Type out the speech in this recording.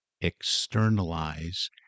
externalize